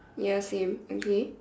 ya same okay